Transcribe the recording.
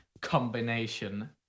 combination